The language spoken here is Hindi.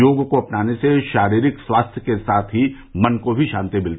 योग को अपनाने से शारीरिक स्वास्थ्य के साथ ही मन को भी शांति मिलती है